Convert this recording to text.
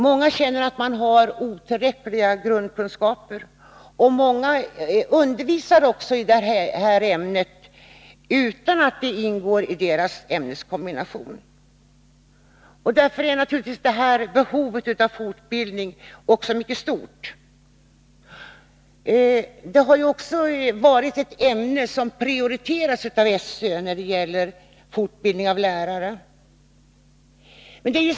Många känner att de har otillräckliga grundkunskaper, och många undervisar också i detta ämne utan att det ingår i deras ämneskombination. Därför är naturligtvis detta behov av fortbildning också mycket stort. Det har också varit ett ämne som prioriterats av SÖ när det gällt fortbildning av lärare.